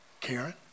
Karen